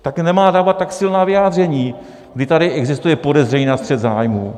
Tak nemá dávat tak silná vyjádření, když tady existuje podezření na střet zájmů.